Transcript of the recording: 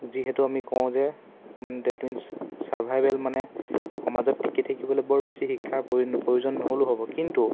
যিহেতু আমি কওঁ যে মানে ডেট মিন্ছ ছাৰ্ভাইভেল মানে সমাজত টিকি থাকিবলৈ বৰ বেছি শিক্ষাৰ প্ৰয়োজন নহ'লেও হ'ব কিন্তু